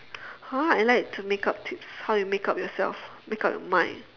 !huh! I like to makeup tips how you makeup yourself make up your mind